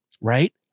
right